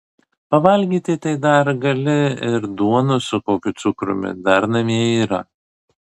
pavalgyti tai dar gali ir duonos su kokiu cukrumi dar namie yra